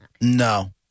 No